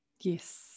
Yes